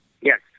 Yes